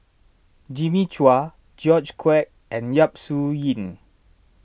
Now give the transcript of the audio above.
Jimmy Chua George Quek and Yap Su Yin